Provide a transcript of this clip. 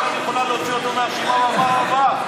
אפשר להוציא אותו מהרשימה בפעם הבאה.